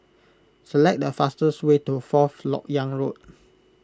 select the fastest way to Fourth Lok Yang Road